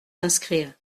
inscrire